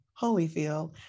Holyfield